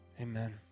Amen